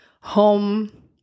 home